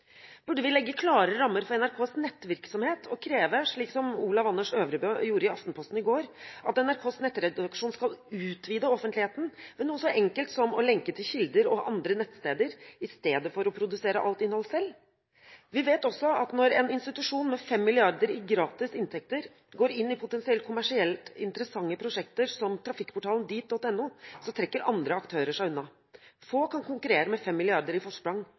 Burde vi legge klare rammer for NRKs nettvirksomhet og kreve – slik Olav Anders Øvrebø gjorde på aftenposten.no i går – at NRKs nettredaksjon skal utvide offentligheten med noe så enkelt som å lenke til kilder og andre nettsteder i stedet for å produsere alt innhold selv? Vi vet også at når en institusjon med 5 mrd. kr i gratis inntekter går inn i potensielt kommersielt interessante prosjekter som trafikkportalen dit.no, trekker andre aktører seg unna. Få kan konkurrere med 5 mrd. kr i forsprang.